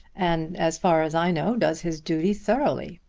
and as far as i know does his duty thoroughly.